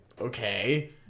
okay